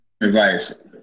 advice